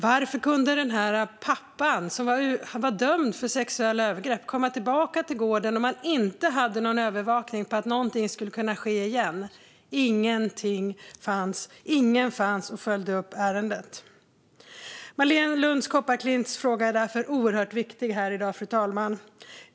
Varför kunde den här pappan, som var dömd för sexuella övergrepp, komma tillbaka till gården när man inte hade någon övervakning så att det inte skulle kunna ske något igen? Ingenting fanns, och ingen fanns som följde upp ärendet. Marléne Lund Kopparklints fråga här i dag är därför oerhört viktig, fru talman.